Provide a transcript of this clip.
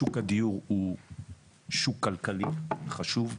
שוק הדיור הוא שוק כלכלי חשוב,